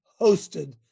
hosted